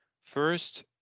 First